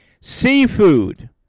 Seafood